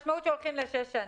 היא שהולכים לשש שנים.